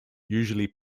usually